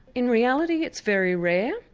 in reality it's very rare,